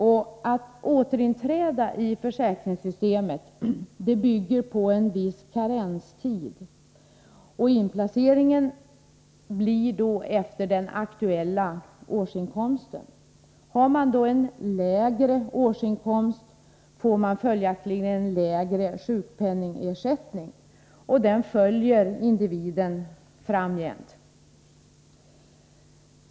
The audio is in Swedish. För ett återinträde i försäkringssystemet förutsätts en viss karenstid, och inplaceringen sker utifrån den aktuella årsinkomsten. Har man då en lägre inkomst, får man följaktligen också en lägre sjukpenningersättning, och den följer individen framgent.